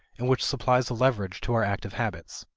and which supplies a leverage to our active habits.